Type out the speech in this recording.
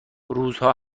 روزها